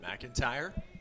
McIntyre